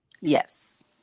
Yes